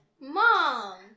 Mom